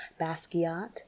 Basquiat